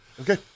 Okay